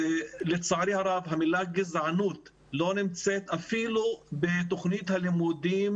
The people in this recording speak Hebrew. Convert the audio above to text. לצערי הרב המילה גזענות לא נמצאת אפילו בתוכנית הלימודים